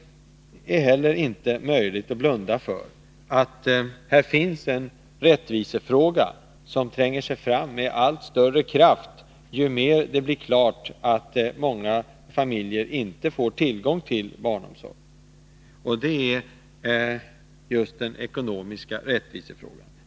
Det finns en rättvisefråga som tränger sig fram med allt större kraft ju mer det blir klart att många familjer inte får tillgång till barnomsorg. Det är den ekonomiska rättvisefrågan.